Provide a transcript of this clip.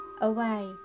away